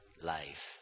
life